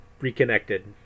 reconnected